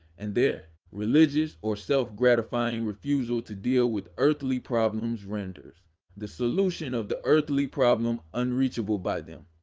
and their religious or self gratifying refusal to deal with earthly problems renders the solution of the earthly problem unreachable by them.